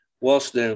Whilst